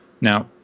Now